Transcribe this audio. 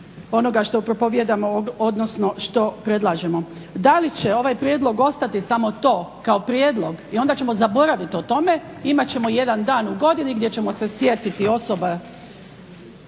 odnosno što predlažemo. Da li će ovaj prijedlog ostati samo to kao prijedlog i onda ćemo zaboravit o tome, imat ćemo jedan dan u godini gdje ćemo se sjetiti osoba